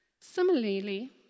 Similarly